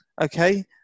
Okay